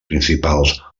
principals